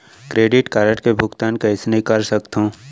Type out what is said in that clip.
Credit card के भुगतान कइसने कर सकथो?